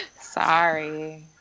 Sorry